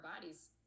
bodies